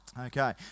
Okay